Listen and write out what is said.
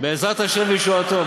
בעזרת השם וישועתו.